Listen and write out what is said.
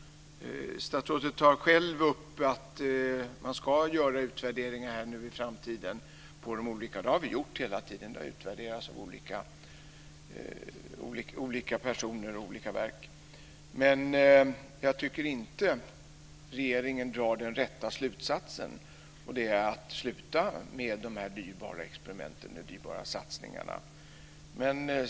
Statsrådet tar själv upp att man ska göra utvärderingar av de här projekten i framtiden. Det har vi gjort hela tiden; olika personer och olika verk har utvärderat detta. Jag tycker inte att regeringen drar den rätta slutsatsen, som är att man ska sluta med de här dyrbara experimenten och dyrbara satsningarna.